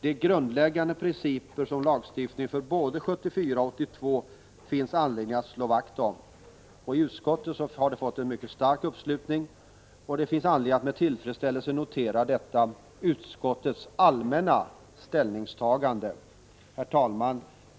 De grundläggande principerna i lagstiftningen både 1974 och 1982 finns det anledning att slå vakt om. I utskottet har de fått en mycket stark uppslutning, och det finns anledning att med tillfredsställelse notera detta utskottets allmänna ställningstagande. Herr talman!